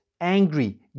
angry